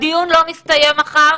הדיון לא מסתיים מחר